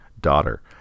daughter